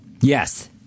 Yes